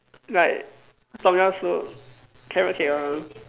like Tom Yum soup carrot cake ah